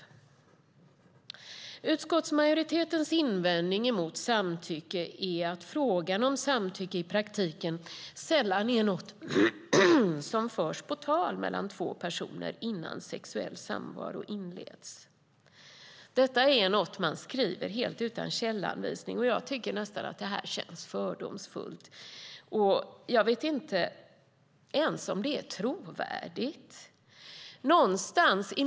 Utskottsmajoritetens invändning emot samtycke är att frågan om samtycke i praktiken sällan är något som förs på tal mellan två personer innan sexuell samvaro inleds. Detta är något man skriver utan någon källanvisning, och jag tycker nästan att det känns fördomsfullt. Jag vet inte ens om det är trovärdigt.